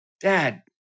dad